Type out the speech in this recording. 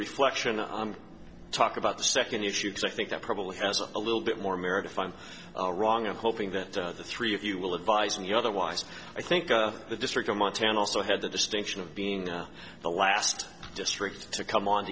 reflection i talk about the second issue is i think that probably has a little bit more merit if i'm wrong i'm hoping that the three of you will advise me otherwise i think the district of montana also had the distinction of being the last district to come on